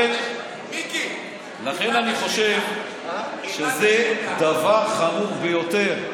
לכן אני חושב שזה דבר חמור ביותר.